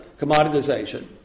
commoditization